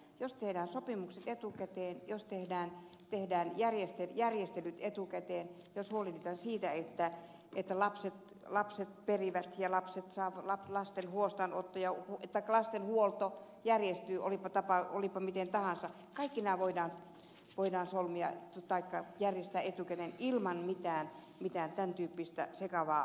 jos tehdään sopimukset etukäteen jos tehdään järjestelyt etukäteen jos huolehditaan siitä että lapset perivät ja lasten huolto järjestyy olipa miten tahansa kaikki nämä voidaan järjestää etukäteen ilman mitään tämän tyyppistä sekavaa lakia